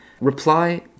Reply